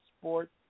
sport